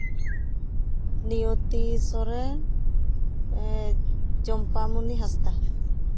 ᱢᱤᱱᱚᱛᱤ ᱥᱚᱨᱮᱱ ᱪᱮᱢᱯᱟᱢᱚᱱᱤ ᱦᱟᱸᱥᱫᱟ